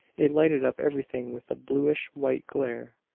it lighted up everything with a bluish-white glare,